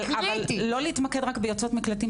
אבל לא להתמקד רק ביוצאות מקלטים,